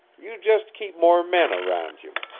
you just keep more men around you.